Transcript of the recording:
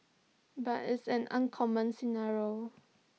but it's an uncommon scenario